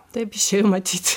taip išėjo matyt